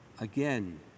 Again